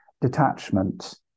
detachment